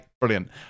brilliant